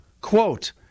Quote